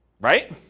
right